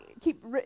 keep